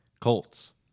Colts